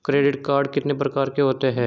Credit card कितने प्रकार के होते हैं?